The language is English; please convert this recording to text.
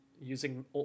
using